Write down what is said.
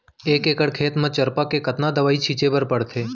एक एकड़ खेत म चरपा के कतना दवई छिंचे बर पड़थे?